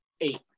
Eight